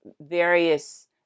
various